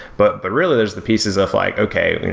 but but really there's the pieces of like, okay,